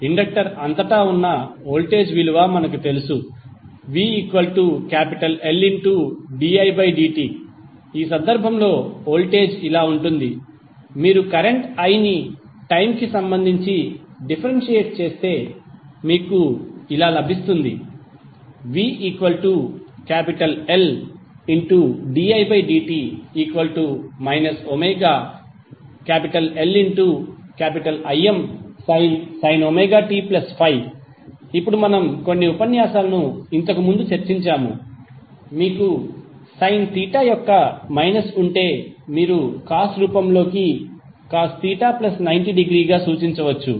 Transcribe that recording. inductor అంతటా ఉన్న voltage విలువ మనకు తెలుసు vLdidt ఈ సందర్భంలో వోల్టేజ్ ఇలా ఉంటుంది మీరు కరెంట్ i ని టైమ్ కి సంబంధించి డీఫెరెన్షియేట్ చేస్తే మీకు ఇలా లభిస్తుంది vLdidt ωLImsin ωt∅ ఇప్పుడు మనము కొన్ని ఉపన్యాసాలను ఇంతకుముందు చర్చించాము మీకు సైన్ తీటా యొక్క మైనస్ ఉంటే మీరు కాస్ రూపంలో కాస్ తీటా ప్లస్ 90 డిగ్రీ గా సూచించవచ్చు